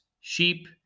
sheep